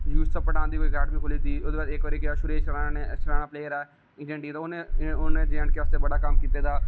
यूशफ पठान दी कोई आकैडमी खोह्ली दी ही इक बारी केह् होआ कि सुरेश रैणा ने इक स्याना प्लेयर ऐ उ'नें जे एंड के आस्तै बड़ा कम्म कीते दा